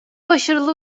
başarılı